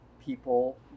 people